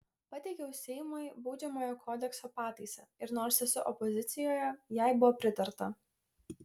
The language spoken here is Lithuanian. pateikiau seimui baudžiamojo kodekso pataisą ir nors esu opozicijoje jai buvo pritarta